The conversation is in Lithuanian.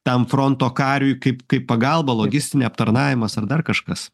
tam fronto kariui kaip kaip pagalba logistinė aptarnavimas ar dar kažkas